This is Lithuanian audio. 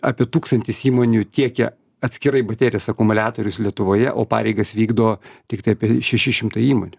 apie tūkstantis įmonių tiekia atskirai baterijas akumuliatorius lietuvoje o pareigas vykdo tiktai apie šeši šimtai įmonių